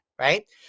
Right